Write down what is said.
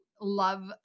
love